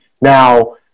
Now